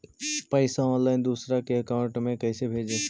पैसा ऑनलाइन दूसरा के अकाउंट में कैसे भेजी?